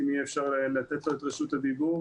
אם אפשר יהיה לתת לו את רשות הדיבור.